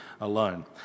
alone